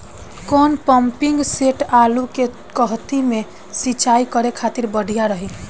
कौन pumping set आलू के कहती मे सिचाई करे खातिर बढ़िया रही?